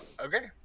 Okay